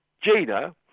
Gina